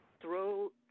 throw